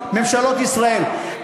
ממשלות ישראל.